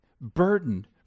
burden